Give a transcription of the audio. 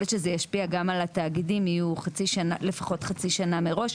להיות שזה ישפיע גם על התאגידים יהיו לפחות חצי שנה מראש.